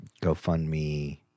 GoFundMe